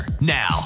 Now